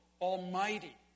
almighty